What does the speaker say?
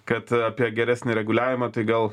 kad apie geresnį reguliavimą tai gal